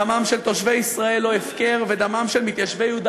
דמם של תושבי ישראל אינו הפקר ודמם של מתיישבי יהודה